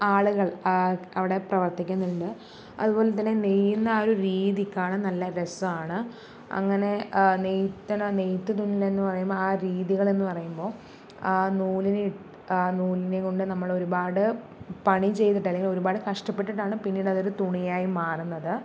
ആളുകൾ അവിടെ പ്രവർത്തിക്കുന്നുണ്ട് അതുപോലെത്തന്നെ നെയ്യുന്ന ആ ഒരു രീതി കാണാൻ നല്ല രസമാണ് അങ്ങനെ നെയ്ത്തണ നെയ്ത്ത് തുന്നൽ എന്ന് പറയുമ്പോൾ ആ രീതികളെന്ന് പറയുമ്പോൾ ആ നൂലിനെ ആ നൂലിനെക്കൊണ്ട് നമ്മൾ ഒരുപാട് പണി ചെയ്തിട്ട് അല്ലെങ്കിൽ ഒരുപാട് കഷ്ടപ്പെട്ടിട്ടാണ് പിന്നീട് അതൊരു തുണിയായി മാറുന്നത്